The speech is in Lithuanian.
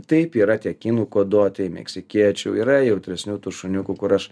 taip yra tie kinų kuoduotieji meksikiečių yra jautresnių tų šuniukų kur aš